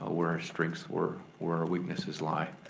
ah where our strengths were, where our weaknesses lie,